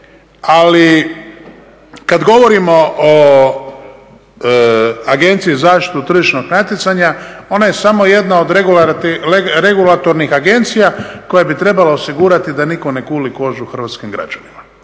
ali kad govorimo o Agenciji za zaštitu tržišnog natjecanja, ona je samo jedna od regulatornih agencija koja bi trebala osigurati da nitko ne guli kožu hrvatskim građanima.